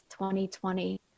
2020